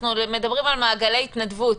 אנחנו מדברים על מעגלי התנדבות,